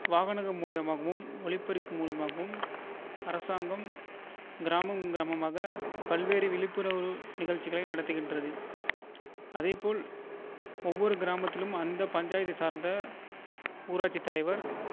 வாகனங்கள் மூலயமாகவும் ஒலிப்பெருக்கி மூலயமாகவும் அரசாங்கம் கிராமம் கிராமமாக பல்வேறு விழிப்புணர்வு நிகழ்ச்சிகளை நடத்துகின்றது அதேபோல் ஒவ்வொரு கிராமத்திலும் அந்த பஞ்சாயத்தை சார்ந்த ஊராட்சி தலைவர்